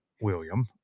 William